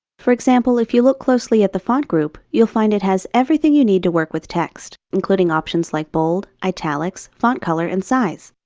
for example, if you look closely at the font group, you'll find it has everything you need to work with text, including options like bold, italics, font color, and size.